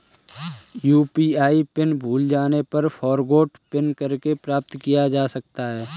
UPI pin भूल जाने पर फ़ॉरगोट पिन करके प्राप्त किया जा सकता है